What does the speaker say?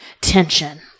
Tension